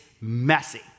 messy